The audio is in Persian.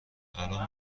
الان